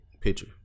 picture